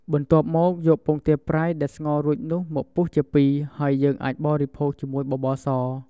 បន្ទាប់មក យកពងទាប្រៃដែលស្ងោររួចនោះមកពុះជាពីរ ហើយយើងអាចបរិភោគជាមួយបបរស។